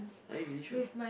are you really sure